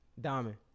diamond